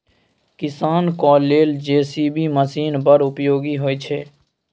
किसानक लेल JCB machine बड़ उपयोगी होइ छै